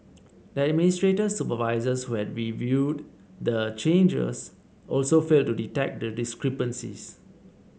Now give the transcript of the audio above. the administrator's supervisors who had reviewed the changes also failed to detect the discrepancies